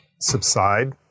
subside